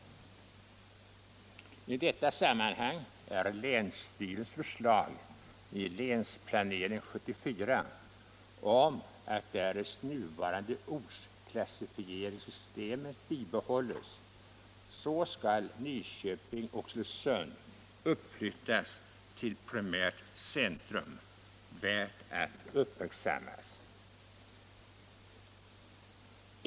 I detta sammanhang är länsstyrelsens förslag i länsplanering 1974 att därest nuvarande ortsklassificeringssystem bibehålles Nyköping Oxelösund uppflyttas till primärt centrum värt att uppmärksammas.